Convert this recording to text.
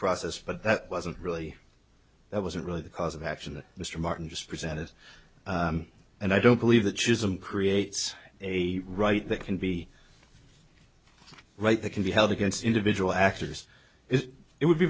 process but that wasn't really that wasn't really the cause of action that mr martin just presented and i don't believe that she's i'm creates a right that can be right that can be held against individual actors if it would be